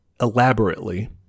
elaborately